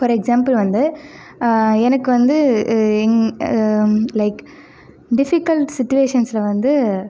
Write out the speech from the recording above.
for example வந்து எனக்கு வந்து லைக் டிபிகல் சுச்சுவேஷனில் வந்து